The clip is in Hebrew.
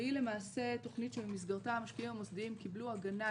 והיא למעשה תוכנית שבמסגרתה המשקיעים המוסדיים קיבלו הגנה,